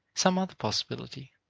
some other possibility?